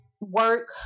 work